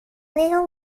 little